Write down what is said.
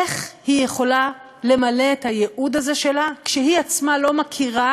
איך היא יכולה למלא את הייעוד הזה שלה כשהיא עצמה לא מכירה